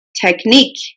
technique